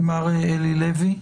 מר אלי לוי,